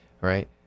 right